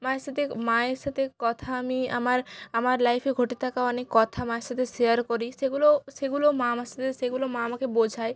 মায়ের সাথে মায়ের সাথে কথা আমি আমার আমার লাইফে ঘটে থাকা অনেক কথা মায়ের সাথে শেয়ার করি সেগুলোও সেগুলোও মা আমার সাথে সেগুলো মা আমাকে বোঝায়